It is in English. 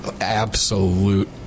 absolute